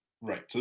Right